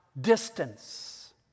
distance